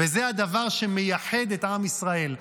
וזה הדבר שמייחד את עם ישראל.